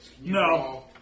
No